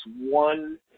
one –